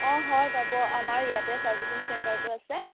অঁ হয় পাব আমাৰ ইয়াতে ছাৰ্ভিচিং চেণ্টাৰটো আছে